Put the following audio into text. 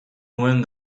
nuen